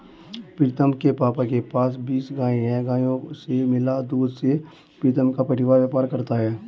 प्रीतम के पापा के पास बीस गाय हैं गायों से मिला दूध से प्रीतम का परिवार व्यापार करता है